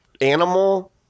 animal